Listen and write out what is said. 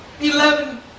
Eleven